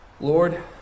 Lord